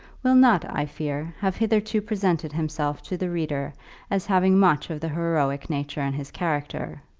will not, i fear, have hitherto presented himself to the reader as having much of the heroic nature in his character.